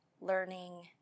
learning